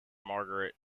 margaret